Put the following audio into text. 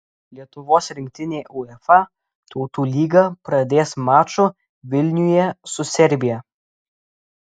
lietuvos rinktinė uefa tautų lygą pradės maču vilniuje su serbija